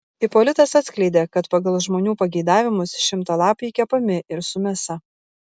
ipolitas atskleidė kad pagal žmonių pageidavimus šimtalapiai kepami ir su mėsa